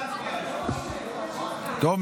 טוב.